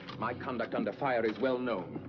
my conduct under fire is well-known.